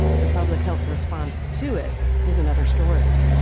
the public health response to it is another story.